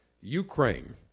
Ukraine